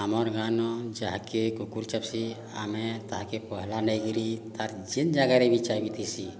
ଆମର ଗାଁରେ ଯାହାକୁ କୁକୁର ଚାବ୍ସି ଆମେ ତାହାକୁ ପହିଲା ନେଇକରି ତାର ଯେଉଁ ଜାଗାରେ ବି ଚାବିଥିସି